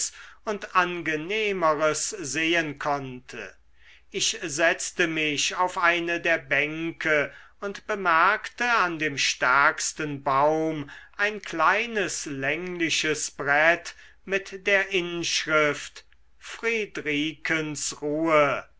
und angenehmeres sehen konnte ich setzte mich auf eine der bänke und bemerkte an dem stärksten baum ein kleines längliches brett mit der inschrift friedrikens ruhe